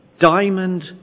diamond